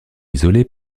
isolés